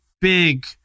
big